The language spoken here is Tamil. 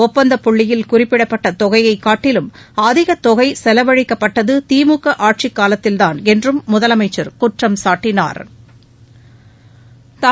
ஒப்பந்தப்புள்ளியில் குறிப்பிடப்பட்ட தொகையை காட்டிலும் அதிக தொகை செலவழிக்கப்பட்டது திமுக ஆட்சிக்காலத்தில்தான் என்றும் முதலமைச்சா் குற்றம்சாட்டினாா்